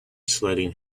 sledding